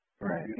Right